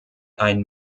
ein